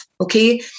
Okay